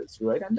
right